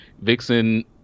vixen